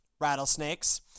Rattlesnakes